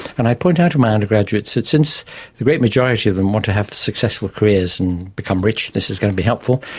and i point out to my undergraduates that since the great majority of them want to have successful careers and become rich, this is going to be helpful,